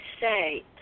say